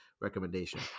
recommendation